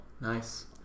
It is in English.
Nice